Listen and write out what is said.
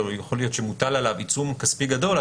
או יכול להיות שמוטל עליו עיצום כספי גדול,